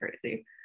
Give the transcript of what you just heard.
crazy